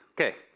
Okay